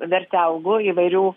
vertelgų įvairių